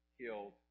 killed